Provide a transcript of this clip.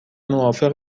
موافق